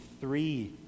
three